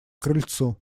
крыльцу